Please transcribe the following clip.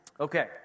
Okay